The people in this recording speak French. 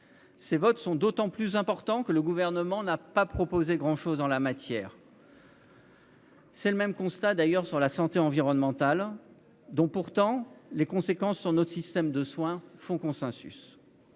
Ces votes sont d'autant plus importants que le Gouvernement n'a pas proposé grand-chose en la matière. Même constat sur la santé environnementale, dont les conséquences sur notre système de soins font pourtant